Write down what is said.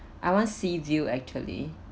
I want sea view actually